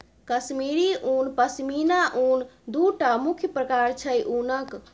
कश्मीरी उन, पश्मिना उन दु टा मुख्य प्रकार छै उनक